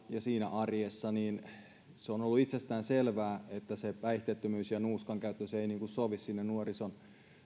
siinä arjessa jonkun verran olleena se on ollut itsestäänselvää että päihteidenkäyttö ja nuuskankäyttö eivät sovi sinne nuorisolle ja minä